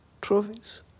trophies